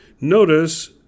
Notice